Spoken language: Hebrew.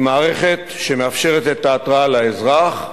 היא מערכת שמאפשרת את ההתרעה לאזרח,